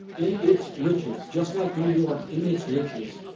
in its riches, just like new york in its riches,